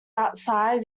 outside